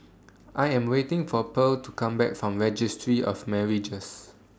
I Am waiting For Pearle to Come Back from Registry of Marriages